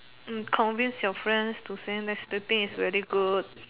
mm convince your friends to send that's sleeping is very good